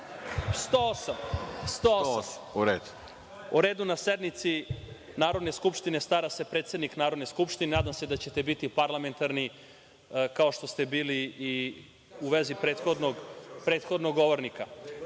član 108 – o redu na sednici Narodne skupštine stara se predsednik Narodne skupštine i nadam se da ćete biti parlamentarni kao što ste bili i u vezi prethodnog govornika. Šef